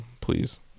please